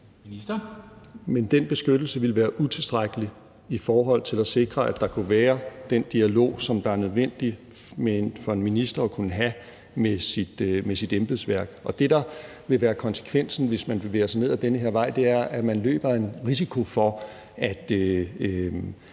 den beskyttelse ville være utilstrækkelig i forhold til at sikre, at der kunne være den dialog, som er nødvendig for en minister at kunne have med sit embedsværk. Det, der vil være konsekvensen, hvis man bevæger sig ned ad den her vej, er, at man løber en risiko for, at